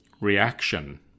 reaction